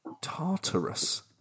Tartarus